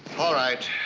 all right.